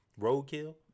Roadkill